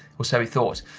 or so he thought.